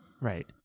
right